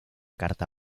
carta